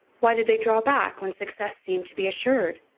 why did they draw back when success seemed to be assured?